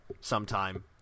sometime